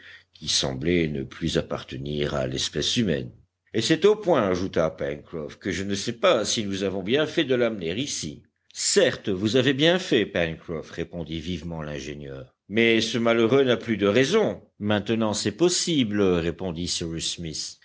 qui semblait ne plus appartenir à l'espèce humaine et c'est au point ajouta pencroff que je ne sais pas si nous avons bien fait de l'amener ici certes vous avez bien fait pencroff répondit vivement l'ingénieur mais ce malheureux n'a plus de raison maintenant c'est possible répondit cyrus smith